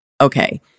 Okay